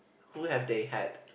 who have they had